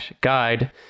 guide